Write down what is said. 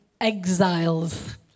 exiles